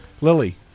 Lily